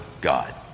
God